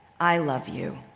i love you,